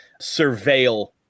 surveil